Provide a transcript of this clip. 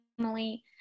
family